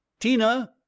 Tina